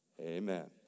Amen